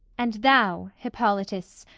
and thou, hippolytus,